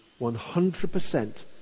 100%